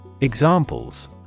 Examples